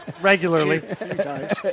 regularly